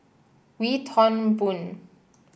Wee Toon Boon